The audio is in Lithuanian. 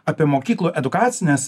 apie mokyklų edukacines